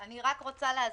אני רק רוצה להזכיר,